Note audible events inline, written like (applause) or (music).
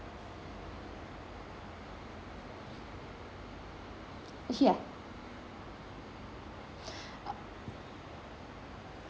yeah (breath)